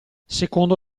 secondo